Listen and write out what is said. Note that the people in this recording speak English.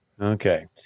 Okay